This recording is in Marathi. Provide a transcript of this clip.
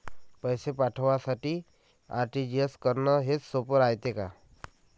पैसे पाठवासाठी आर.टी.जी.एस करन हेच सोप रायते का?